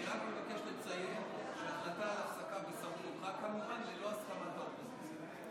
אני רק מבקש לציין שההחלטה על הפסקה נעשתה ללא הסכמת האופוזיציה.